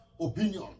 opinion